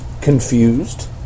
confused